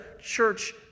church